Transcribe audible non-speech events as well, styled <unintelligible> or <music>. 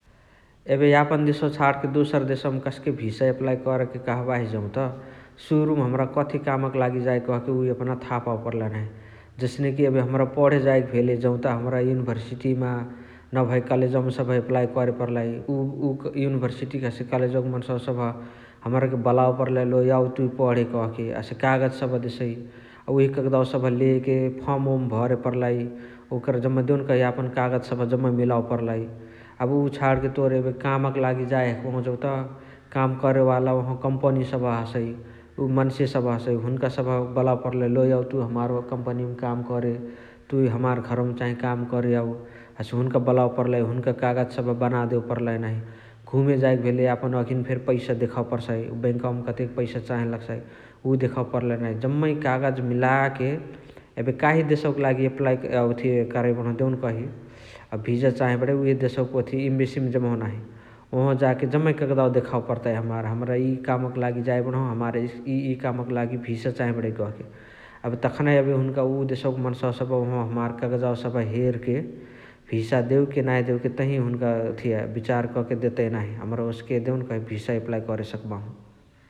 एबे यापन देसवा छाणके दोसर देसवमा कसके भिसा एपलाई करके कहबाही जौत । सुरुमा यपना कती काम क लागी जाइ थाह पावे पर्लाई नाही । जसनेकी एबे हमरा पण्हे जाएके भेले जौत हमरा युनिभर्सिटियामा नभए कलेजवमा सबह एप्लाई करे पर्लाई । <unintelligible> उ युनिभर्सिटिक हसे कलेजवक मन्सावा सबह हमराके बलवे पर्लाई लो याउ तुइ पण्हे कहाँके । हसे कागत सबह देसइ । उहे कगदावा सबह लेके फर्म ओर्म भरे पर्लाई । ओकरा देउन्कही जम्मा यपन कागत सबह जम्मा मिलवे पर्लाई । अ उ छणके तोर एबे काम्क लागी जाए हखबाही जौत काम करेवाला ओहवा कम्पनी हसइ उ मन्से सबह हसइ । हुन्का बलवे पर्लाई लो याउ तुइ हमार कम्पनी मा काम करे । तुइ चाही हमार घरवा म काम करे याउ । हसे हुनुका बलवे पर्लाई, हुनुका कागत सबह बना देवे पर्लाई नाही । घुमे जाएके भेले यापन अघिना फेरी पैसा देखावे परसाइ । बैङ्कावमा कतेक पैसा चाहे लगसाइ उ देखवे पर्लाई नाही । जम्मे कागज मिलाके एबे काही देसवक लागी <unintelligible> ओथिया करइ बणहु देउन्कही भिसा चाहे बणइ उहे देसवक ओथी एमबेसिमा जेबहु नाही । ओहवा जाके जम्माइ कगदावा देखावे पर्ताइ हमार । हमरा इय इय काम क लागी जाए बणहु हमार इय इय काम क लागी भिसा चाहे बणइ कहके । एबे तखानही एबे हुनुका उअ देसवक मन्सावा सबह कागआजअवा सबह हेरके तही ओथिय हुनुका बिचार कके भिसा देवे कि नाही देवके तही हुनुका ओथिय बिचार कके देतइ नाही । हमरत ओथिय ओस्के कके भिसा एप्लाई करे सकबाहु नाही ।